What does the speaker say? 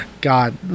god